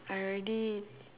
I already